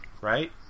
right